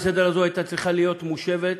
ההצעה לסדר-היום הזו הייתה צריכה להיות מושבת,